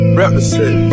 represent